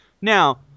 Now